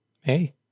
Hey